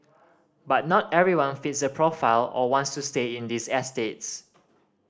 but not everyone fits the profile or wants to stay in these estates